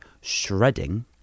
shredding